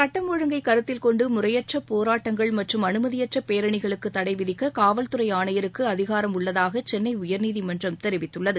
சுட்டம் ஒழுங்கை கருத்தில்கொண்டு முறையற்ற போராட்டங்கள் மற்றும் அனுமதியற்ற பேரணிகளுக்கு தடை விதிக்க காவல்துறை ஆணையருக்கு அதிகாரம் உள்ளதாக சென்னை உயர்நீதிமன்றம் தெரிவித்துள்ளது